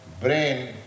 brain